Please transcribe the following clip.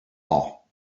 all